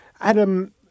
Adam